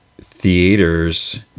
theaters